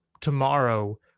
tomorrow